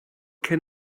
can